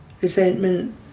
resentment